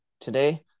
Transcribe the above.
today